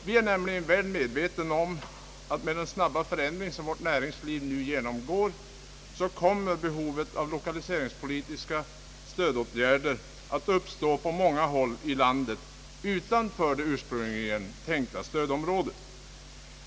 Vi är nämligen väl medvetna om att med den snabba förändring som vårt näringsliv nu genomgår kommer behov av Jokaliseringspolitiska åtgärder att uppstå på många håll i landet utanför det ursprungligen tänkta stödområdet.